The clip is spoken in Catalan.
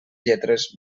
lletres